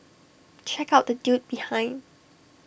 check out the dude behind